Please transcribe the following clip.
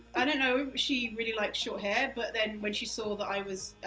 i don't know, she really likes short hair. but then when she saw that i was